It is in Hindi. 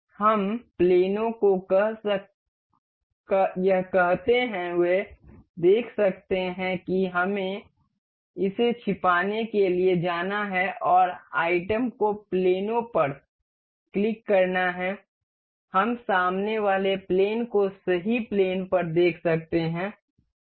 हम प्लेनों को यह कहते हुए देख सकते हैं कि हमें इसे छिपाने के लिए जाना है और आइटम को प्लेनों पर क्लिक करना है हम सामने वाले प्लेन को सही प्लेन पर देख सकते हैं